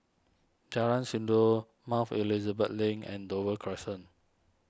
Jalan Sindor Mount Elizabeth Link and Dover Crescent